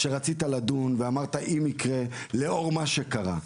שרצית לדון ואמרת: אם יקרה לאור מה שקרה.